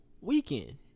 weekend